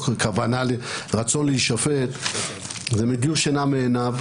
דבר שמדיר שינה מעיניו,